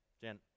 Jen